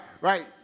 Right